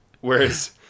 Whereas